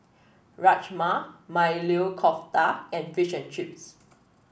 Rajma Maili Kofta and Fish and Chips